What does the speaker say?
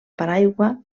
paraigua